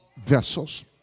vessels